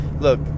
look